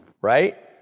Right